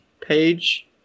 page